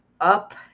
up